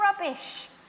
rubbish